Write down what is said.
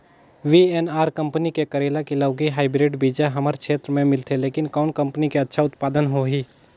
VNR company के करेला की लौकी हाईब्रिड बीजा हमर क्षेत्र मे मिलथे, लेकिन कौन कंपनी के अच्छा उत्पादन होही?